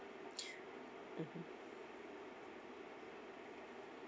mmhmm